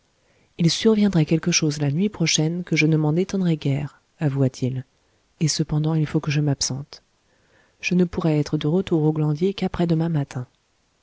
il surviendrait quelque chose la nuit prochaine que je ne m'en étonnerais guère avoua t il et cependant il faut que je m'absente je ne pourrai être de retour au glandier qu'après-demain matin